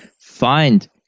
find